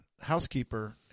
housekeeper